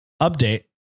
Update